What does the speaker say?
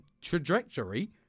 trajectory